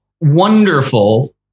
wonderful